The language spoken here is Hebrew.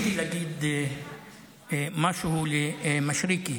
רציתי להגיד משהו למישרקי.